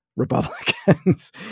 Republicans